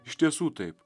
iš tiesų taip